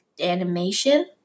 Animation